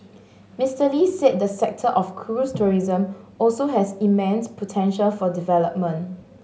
Mister Lee said the sector of cruise tourism also has immense potential for development